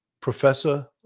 professor